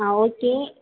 ஆ okay